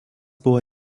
buvo